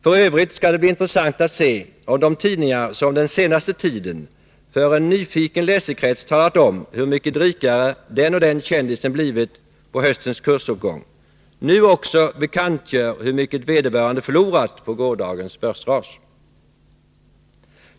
F. ö. skall det bli intressant att se om de tidningar som den senaste tiden för en nyfiken läsekrets talat om hur mycket rikare den och den kändisen blivit på höstens kursuppgång nu också bekantgör hur mycket vederbörande förlorat på gårdagens börsras.